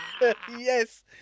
Yes